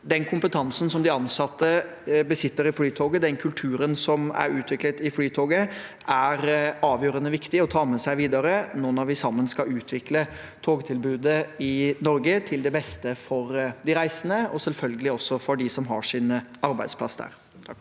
Den kompetansen som de ansatte i Flytoget besitter, og den kulturen som er utviklet i Flytoget, er det avgjørende viktig å ta med seg videre når vi sammen skal utvikle togtilbudet i Norge til det beste for de reisende og selvfølgelig også for dem som har sin arbeidsplass der.